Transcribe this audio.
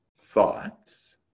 thoughts